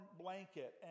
blanket